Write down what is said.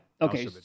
Okay